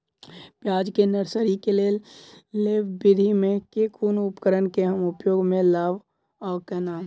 प्याज केँ नर्सरी केँ लेल लेव विधि म केँ कुन उपकरण केँ हम उपयोग म लाब आ केना?